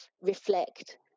reflect